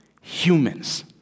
humans